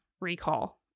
recall